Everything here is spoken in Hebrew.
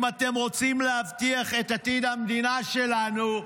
אם אתם רוצים להבטיח את עתיד המדינה שלנו,